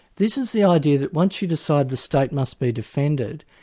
this is the idea that once you decide the state must be defended,